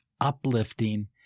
uplifting